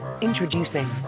introducing